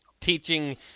teaching